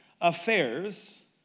affairs